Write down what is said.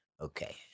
okay